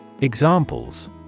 Examples